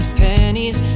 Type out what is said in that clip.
pennies